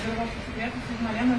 dirbo su užsikrėtusiais žmonėm ir